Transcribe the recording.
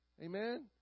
Amen